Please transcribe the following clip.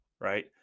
right